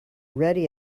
ready